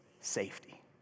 Safety